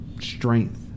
strength